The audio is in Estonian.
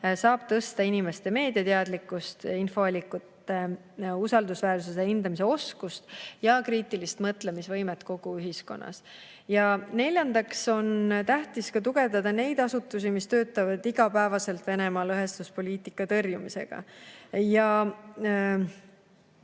saab tõsta inimeste meediateadlikkust, infoallikate usaldusväärsuse hindamise oskust ja kriitilise mõtlemise võimet kogu ühiskonnas. Ja neljandaks on tähtis tugevdada neid asutusi, kes iga päev tegelevad Venemaa lõhestamispoliitika tõrjumisega. Selle